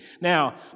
Now